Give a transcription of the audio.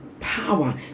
power